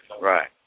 Right